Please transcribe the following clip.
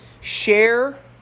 share